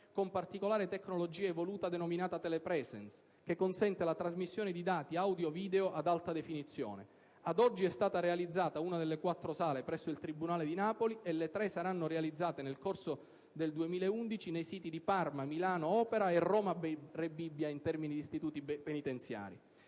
con particolare tecnologia evoluta denominata *telepresence*, che consente la trasmissione di dati audio - video ad alta definizione. Ad oggi, è stata realizzata una delle quattro sale, presso il tribunale di Napoli, e le altre tre saranno realizzate nel corso del 2011 nei siti di Parma, Milano-Opera e Roma - Rebibbia (in termini di istituti penitenziari).